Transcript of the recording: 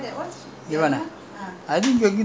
அது செய்ய முடில கை:athu seiya mudila kai that [one] I do a bit